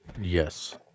Yes